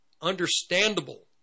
understandable